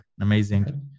amazing